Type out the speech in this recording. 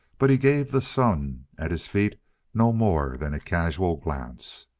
but he gave the sun at his feet no more than a casual glance.